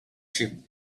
sheep